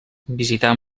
visitar